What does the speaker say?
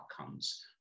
outcomes